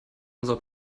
unser